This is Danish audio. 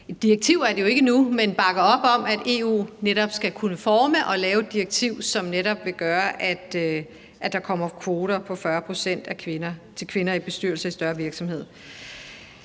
det er det jo ikke endnu, men bakker op om, at EU netop skal kunne forme og lave et direktiv, som vil gøre, at der kommer kvoter på 40 pct. til kvinder i bestyrelser i større virksomheder.